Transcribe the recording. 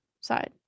side